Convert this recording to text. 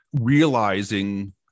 realizing